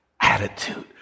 attitude